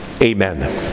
Amen